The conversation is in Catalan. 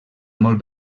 molt